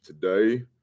today